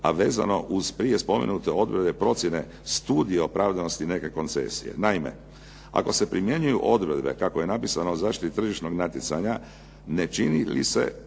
a vezano uz prije spomenute odredbe procjene studije opravdanosti neke koncesije. Naime, ako se primjenjuju odredbe kako je napisano o zaštiti tržišnog natjecanja, ne čini li se